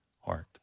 heart